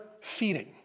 feeding